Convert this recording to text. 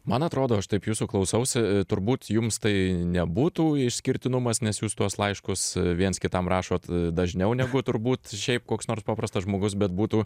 man atrodo aš taip jūsų klausausi turbūt jums tai nebūtų išskirtinumas nes jūs tuos laiškus viens kitam rašot dažniau negu turbūt šiaip koks nors paprastas žmogus bet būtų